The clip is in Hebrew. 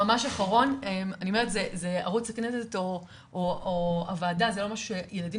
ערוץ הכנסת או הוועדה זה לא משהו שהילדים